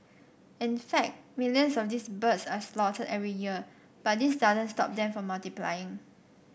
in fact millions of these birds are slaughtered every year but this doesn't stop them from multiplying